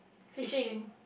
fishing